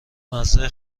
مزه